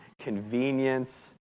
convenience